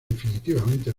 definitivamente